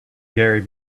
gary